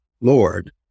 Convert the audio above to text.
Lord